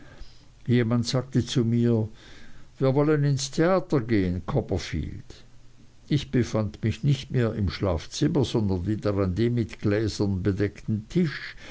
jemand sagte zu mir wir wollen ins theater gehen copperfield ich befand mich nicht mehr im schlafzimmer sondern wieder an dem mit gläsern bedeckten tische